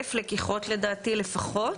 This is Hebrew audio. וכאלף לקיחות לפחות,